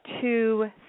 two